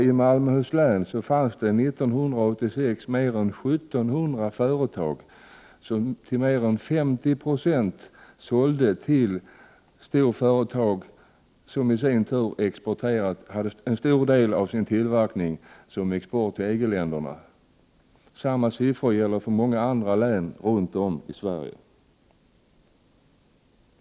I Malmöhus län fanns det 1986 mer än 1 700 företag som till mer än 50 22 sålde till stora företag, som i sin tur exporterade en stor del av sin tillverkning till EG-länderna. Samma siffror gäller för många andra län runt om i Sverige.